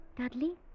Dudley